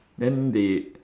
then they